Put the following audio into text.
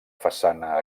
façana